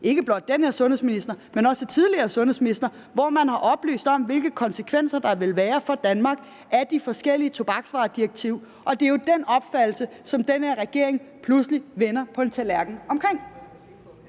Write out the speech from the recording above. ikke blot den her sundhedsminister, men også tidligere sundhedsministre, hvor man har oplyst om, hvilke forskellige konsekvenser der vil være for Danmark af tobaksvaredirektivet, og det er jo i forbindelse med den opfattelse, at den her regering pludselig vender på en tallerken.